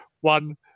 one